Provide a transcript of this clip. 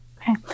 Okay